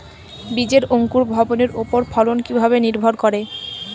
বীজের অঙ্কুর ভবনের ওপর ফলন কিভাবে নির্ভর করে?